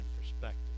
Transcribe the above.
perspective